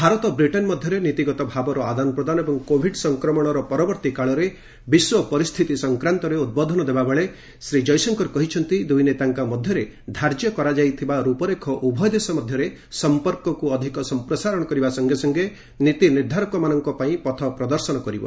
Bharat Britain ମଧ୍ୟରେ ନୀତିଗତ ଭାବର ଆଦାନପ୍ରଦାନ ଏବଂ କୋଭିଡ ସଂକ୍ରମଣର ପରବର୍ତ୍ତୀ କାଳରେ ବିଶ୍ୱ ପରିସ୍ଥିତି ସଫକ୍ରାନ୍ତରେ ଉଦ୍ବୋଧନ ଦେବାବେଳେ ଶ୍ରୀ ଜୟଶଙ୍କର କହିଛନ୍ତି ଦୁଇନେତାଙ୍କ ମଧ୍ୟରେ ଧାର୍ଯ୍ୟ କରାଯାଇଥିବା ରୂପରେଖ ଉଭୟ ଦେଶ ମଧ୍ୟରେ ସମ୍ପର୍କକୁ ଅଧିକ ସମ୍ପ୍ରସାରଣ କରିବା ସଙ୍ଗେ ସଙ୍ଗେ ନୀତି ନିର୍ଦ୍ଧାରକମାନଙ୍କ ପାଇଁ ପଥ ପ୍ରଦର୍ଶନ କରିପାରିବ